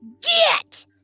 Get